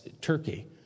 Turkey